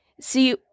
see